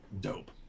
dope